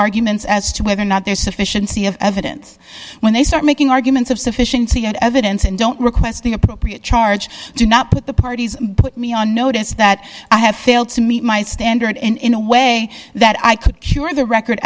arguments as to whether or not there sufficiency of evidence when they start making arguments of sufficiency of evidence and don't request the appropriate charge do not put the parties put me on notice that i have failed to meet my standard in a way that i could cure the record